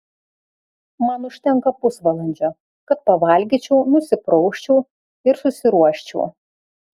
man užtenka pusvalandžio kad pavalgyčiau nusiprausčiau ir susiruoščiau